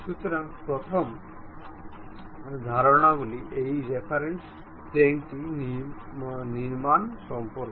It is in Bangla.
সুতরাং প্রথম ধারণাগুলি এই রেফারেন্স প্লেনটি নির্মাণ সম্পর্কে